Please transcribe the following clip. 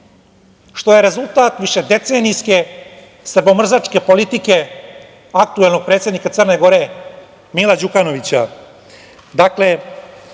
što je rezultat višedecenijske srbomrzačke politike aktuelnog predsednika Crne Gore Mila Đukanovića.